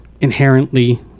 inherently